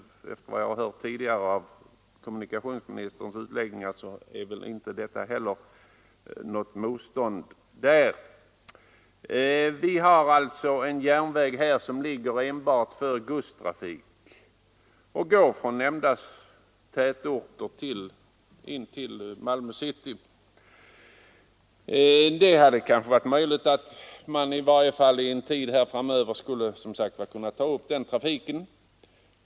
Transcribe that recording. Enligt vad jag förstått av kommunikationsministerns tidigare utläggningar möter detta inte heller något motstånd. Vi har alltså en järnväg i det aktuella området som används enbart för godstrafik och går från nämnda tätorter in till Malmö city. Det hade kanske varit möjligt att återuppta persontrafiken.